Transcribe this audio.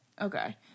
Okay